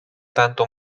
tanto